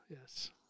Yes